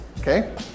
Okay